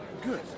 good